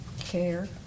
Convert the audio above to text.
care